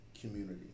community